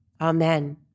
Amen